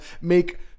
Make